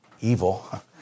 evil